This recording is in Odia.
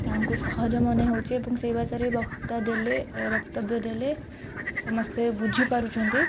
ତାଙ୍କୁ ସହଜ ମନେ ହେଉଛି ଏବଂ ସେଇ ଭାଷାରେ ବକ୍ତା ଦେଲେ ବକ୍ତବ୍ୟ ଦେଲେ ସମସ୍ତେ ବୁଝିପାରୁଚନ୍ତି